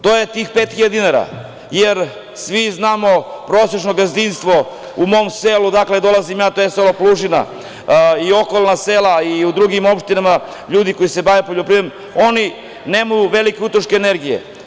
To je tih 5.000 dinara, jer svi znamo, prosečno gazdinstvo u mom selu odakle dolazim ja, selo Plužina, i okolna sela, i u drugim opštinama, ljudi koji se bave poljoprivredom, oni nemaju veliki utrošak energije.